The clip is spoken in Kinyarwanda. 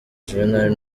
juvenal